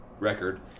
record